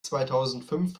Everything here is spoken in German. zweitausendfünf